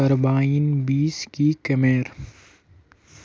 Carbine बीस की कमेर?